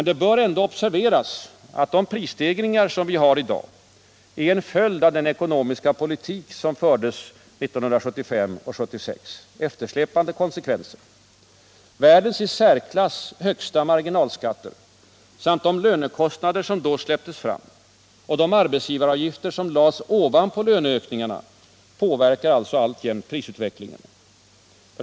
Det bör ändock observeras, att dagens prisstegringar är en följd av den ekonomiska politik som förts mellan 1973 och 1976 — eftersläpande konsekvenser. Världens i särklass högsta marginalskatter samt de lönekostnader som då släpptes fram och de arbetsgivaravgifter som lades ovanpå löneökningarna, påverkar alltjämt vår prisutveckling.